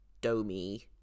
Domi